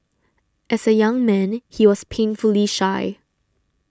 as a young man he was painfully shy